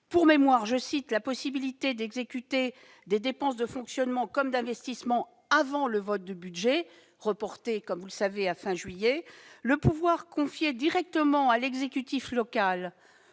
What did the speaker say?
Pour mémoire, je citerai la possibilité d'exécuter des dépenses de fonctionnement comme d'investissement avant le vote du budget, reporté, comme vous le savez, à la fin du mois de juillet ; le pouvoir confié directement à l'exécutif local